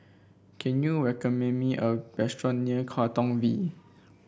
can you recommend me a restaurant near Katong V